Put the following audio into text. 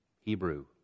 Hebrew